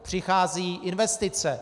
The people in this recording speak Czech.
Přicházejí investice.